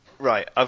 Right